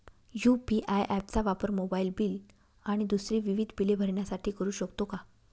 UPI app चा वापर mobile bill आणि दुसरी विविध बिले भरण्यासाठी करू शकतो का?